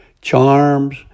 charms